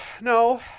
no